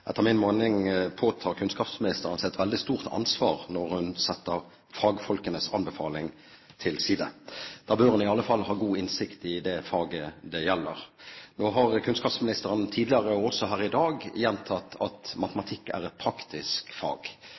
side. Da bør hun i alle fall ha god innsikt i det faget det gjelder. Nå har kunnskapsministeren tidligere sagt, og også her i dag gjentatt, at matematikk er et praktisk fag.